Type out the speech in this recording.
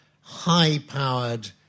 high-powered